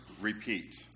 repeat